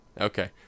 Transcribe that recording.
Okay